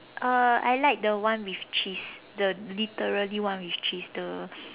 uh I like the one with cheese the literally one with cheese the